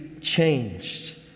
changed